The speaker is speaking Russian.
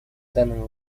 данному